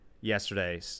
yesterday